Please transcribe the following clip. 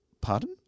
Pardon